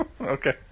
Okay